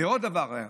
ועוד דבר היה.